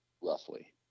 Roughly